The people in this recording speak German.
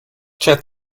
chat